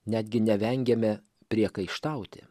netgi nevengiame priekaištauti